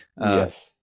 Yes